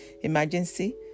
emergency